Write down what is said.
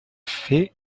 fait